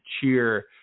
cheer